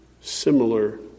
similar